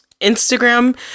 instagram